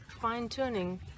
fine-tuning